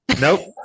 Nope